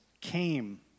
came